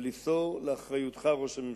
אבל למסור לאחריותך, ראש הממשלה,